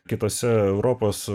kitose europos